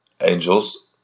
angels